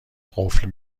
قفل